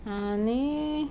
आनी